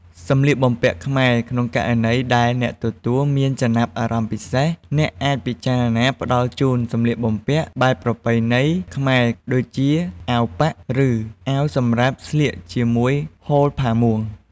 សម្លៀកបំពាក់ខ្មែរ ក្នុងករណីដែលអ្នកទទួលមានចំណាប់អារម្មណ៍ពិសេស អ្នកអាចពិចារណាផ្តល់ជូន សម្លៀកបំពាក់បែបប្រពៃណីខ្មែរ ដូចជាអាវប៉ាក់ ឬអាវសម្រាប់ស្លៀកជាមួយហូលផាមួង។